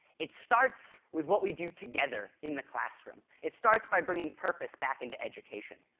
it starts with what we do together in the classroom. it starts by bringing purpose back into education.